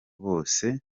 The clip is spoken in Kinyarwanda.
bose